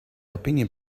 opinion